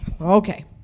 okay